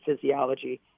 physiology